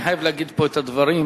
אני חייב להגיד פה את הדברים.